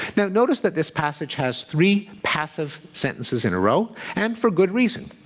now notice that this passage has three passive sentences in a row and for good reason.